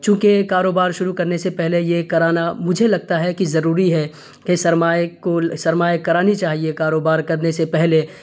چونکہ کاروبار شروع کرنے سے پہلے یہ کرانا مجھے لگتا ہے کہ ضروری ہے کہ سرمائے کو سرمائے کرانی چاہیے کاروبار کرنے سے پہلے